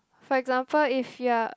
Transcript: for example if you're